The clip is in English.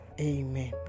Amen